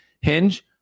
hinge